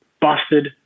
busted